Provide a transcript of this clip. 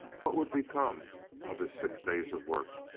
what would become of his six days of work?